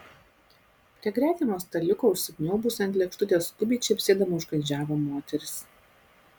prie gretimo staliuko užsikniaubusi ant lėkštutės skubiai čepsėdama užkandžiavo moteris